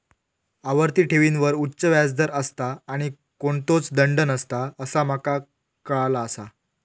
आवर्ती ठेवींवर उच्च व्याज दर असता आणि कोणतोच दंड नसता असा माका काळाला आसा